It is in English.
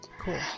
Cool